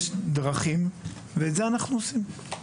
יש דרכים ואנחנו הולכים בהן.